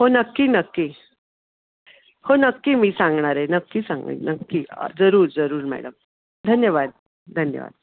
हो नक्की नक्की हो नक्की मी सांगणार आहे नक्की सांगेल नक्की जरूर जरूर मॅडम धन्यवाद धन्यवाद